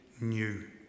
new